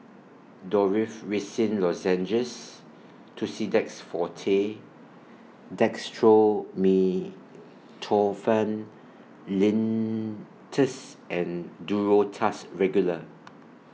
Dorithricin Lozenges Tussidex Forte Dextromethorphan Linctus and Duro Tuss Regular